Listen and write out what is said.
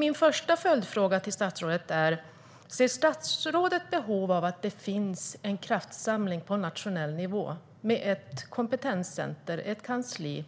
Min första följdfråga till statsrådet är: Ser statsrådet behov av att det sker en kraftsamling på nationell nivå med ett kompetenscenter och ett kansli